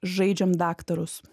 žaidžiam daktarus